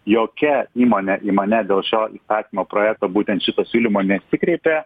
jokia įmonė į mane dėl šio įstatymo projekto būtent šito siūlymo nesikreipė